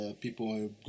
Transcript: people